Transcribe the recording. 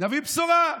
נביא בשורה,